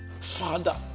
father